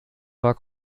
war